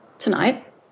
tonight